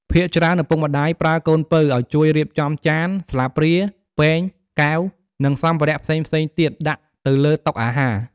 ភាគច្រើនឪពុកម្ដាយប្រើកូនពៅ ឲ្យជួយរៀបចំចាន ស្លាបព្រា ពែង កែវ និងសម្ភារៈផ្សេងៗទៀតដាក់ទៅលើតុអាហារ។